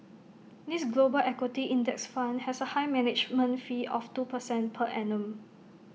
this global equity index fund has A high management fee of two percent per annum